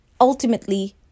ultimately